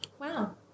Wow